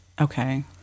okay